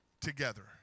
together